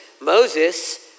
Moses